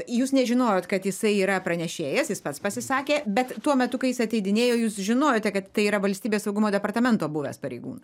jūs nežinojot kad jisai yra pranešėjas jis pats pasisakė bet tuo metu kai jis ateidinėjo jūs žinote kad tai yra valstybės saugumo departamento buvęs pareigūnas